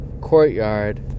courtyard